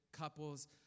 couples